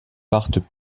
partent